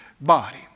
body